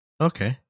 Okay